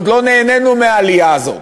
עוד לא נהנינו מהעלייה הזאת.